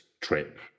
trip